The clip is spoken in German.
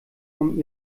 vom